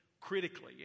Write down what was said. critically